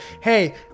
Hey